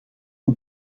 een